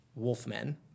wolfmen